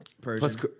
Persian